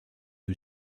who